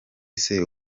ese